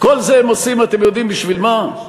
כל זה הם עושים, אתם יודעים בשביל מה?